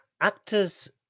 Actors